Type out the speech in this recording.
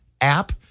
app